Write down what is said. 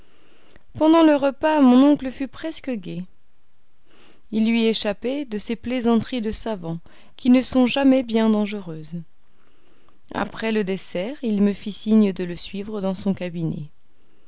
pendant le repas mon oncle fut presque gai il lui échappait de ces plaisanteries de savant qui ne sont jamais bien dangereuses après le dessert il me fit signe de le suivre dans son cabinet